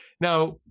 now